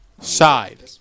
Side